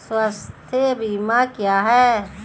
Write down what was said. स्वास्थ्य बीमा क्या है?